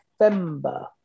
November